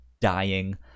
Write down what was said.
dying